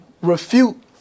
refute